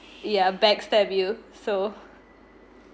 ya backstab you so